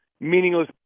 meaningless